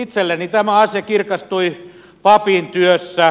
itselleni tämä asia kirkastui papin työssä